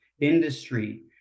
industry